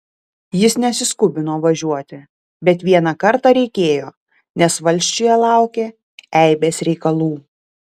jis nesiskubino važiuoti bet vieną kartą reikėjo nes valsčiuje laukią eibės reikalų